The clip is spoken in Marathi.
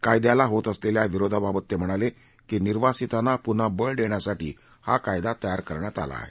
कायद्याला होत असलेल्या विरोधाबाबत ते म्हणाले की निर्वासितांना पुन्हा बळ देण्यासाठी हा कायदा तयार करण्यात आला आहे